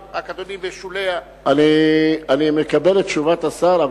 אני מקבל את תשובת השר.